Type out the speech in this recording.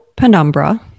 Penumbra